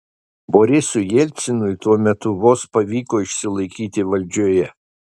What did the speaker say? borisui jelcinui tuo metu vos pavyko išsilaikyti valdžioje